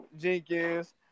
Jenkins